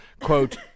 quote